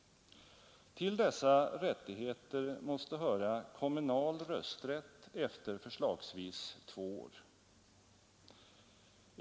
Till dessa rättigheter måste höra kommunal rösträtt efter förslagsvis två år.